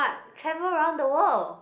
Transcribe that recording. travel around the world